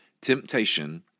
Temptation